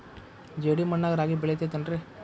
ಜೇಡಿ ಮಣ್ಣಾಗ ರಾಗಿ ಬೆಳಿತೈತೇನ್ರಿ?